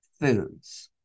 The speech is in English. foods